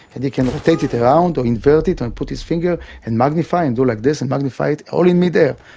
and he can rotate it around or invert it or put his finger and magnify and do like this and magnify it, all in midair.